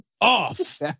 off